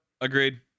Agreed